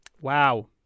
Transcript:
Wow